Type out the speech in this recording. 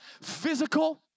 physical